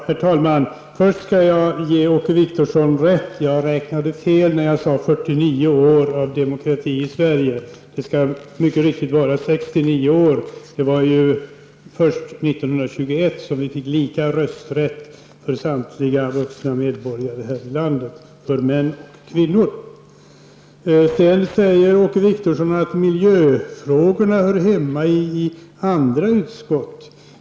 Herr talman! Först skall jag ge Åke Wictorsson rätt. Jag räknade fel när jag sade att det hade varit 49 år av demokrati i Sverige. Det skall mycket riktigt vara 69 år. Det var 1921 som vi fick lika rösträtt för samtliga vuxna medborgare här i landet, både män och kvinnor. Sedan säger Åke Wictorsson att miljöfrågorna hör hemma i andra utskott.